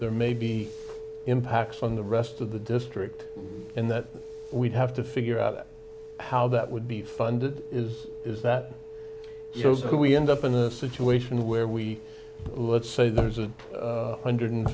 there may be impacts on the rest of the district and that we'd have to figure out how that would be funded is is that you know so we end up in the situation where we let's say there's a hundred